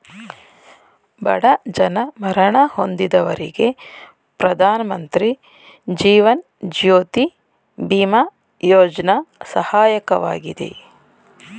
ಬಡ ಜನ ಮರಣ ಹೊಂದಿದವರಿಗೆ ಪ್ರಧಾನಮಂತ್ರಿ ಜೀವನ್ ಜ್ಯೋತಿ ಬಿಮಾ ಯೋಜ್ನ ಸಹಾಯಕವಾಗಿದೆ